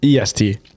EST